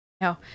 no